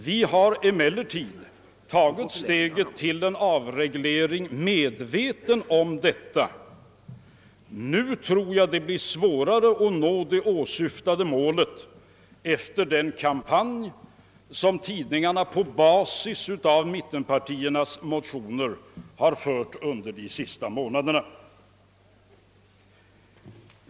Vi har emellertid tagit steget mot en avreglering, medvetna om detta. Jag tror att det blir svårare att nå det åsyftade målet efter den kampanj som tidningarna på basis av mittenpartiernas motioner har fört under de senaste månaderna.